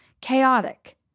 chaotic